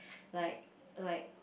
like like